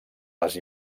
les